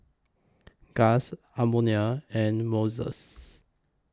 Gust Edmonia and Moses